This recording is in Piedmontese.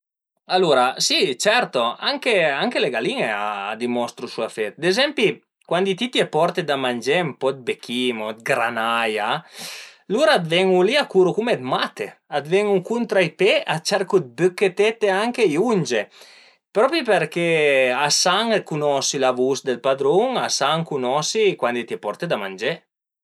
Si certo anche anche le galin-e a dimostru sun afèt, ad ezempi cuandi ti t'ie porte da mangé ën po dë bechim o granaia lur a ven-u li e a curu cume d'mate e a ven-u ëncuntra a i pe e a cercu dë bëchetete anche i unge, propi përché a sun cunosi la vus dël padrun, a san cunosi cuandi t'ie porte da mangé